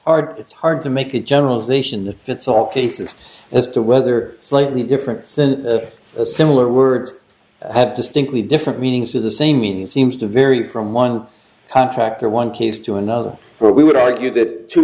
are it's hard to make a general nation fits all cases as to whether slightly different since similar words have distinctly different meanings to the same meaning seems to vary from one contract and one case to another where we would argue that two